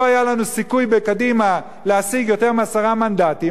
לא היה לנו סיכוי בקדימה להשיג יותר מעשרה מנדטים,